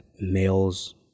males